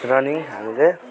running हामीले